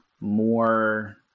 more